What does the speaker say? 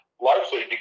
largely